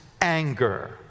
anger